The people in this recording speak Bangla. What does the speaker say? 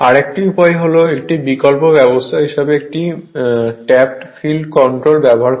আরেকটি উপায় হল একটি বিকল্প ব্যবস্থা হিসাবে একটি ট্যাপড ফিল্ড কন্ট্রোল ব্যবহার করা